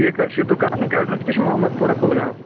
ٹھیٖک حظ چھُ دُکانُک اٮ۪ڈرس کیٛاہ چھُ محمد پورا کۄلگام